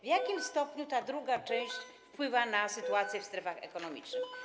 W jakim stopniu ta druga część wpływa na sytuację w strefach ekonomicznych?